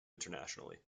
internationally